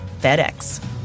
FedEx